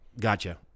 Gotcha